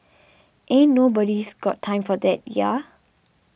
ain't nobody's got time for that ya